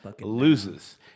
loses